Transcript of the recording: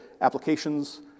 applications